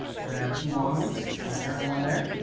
we're going to have two long ones, one there and one there.